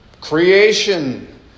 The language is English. Creation